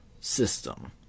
system